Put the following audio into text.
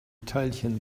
teilchen